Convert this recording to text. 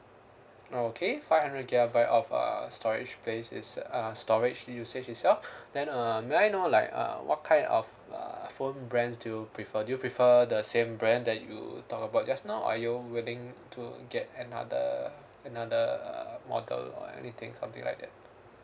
okay five hundred gigabyte of uh storage space is uh storage usage itself then uh may I know like uh what kind of uh phone brands do you prefer do you prefer the same brand that you talked about just now or are you willing to get another another uh model or anything something like that